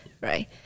right